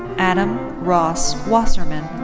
adam ross wasserman.